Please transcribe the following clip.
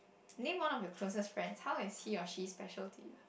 name of your closest friend how is he or she special to you